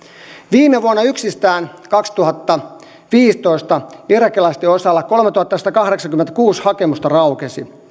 viime vuonna yksistään kaksituhattaviisitoista irakilaisten osalta kolmetuhattasatakahdeksankymmentäkuusi hakemusta raukesi